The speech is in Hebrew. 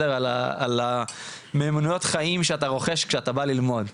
על המיומנויות חיים שאתה רוכש כשאתה בא ללמוד.